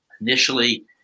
initially